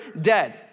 dead